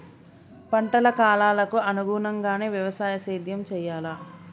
పంటల కాలాలకు అనుగుణంగానే వ్యవసాయ సేద్యం చెయ్యాలా?